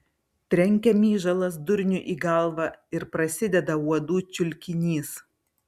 trenkia myžalas durniui į galvą ir prasideda uodų čiulkinys